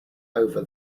over